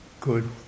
good